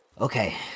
Okay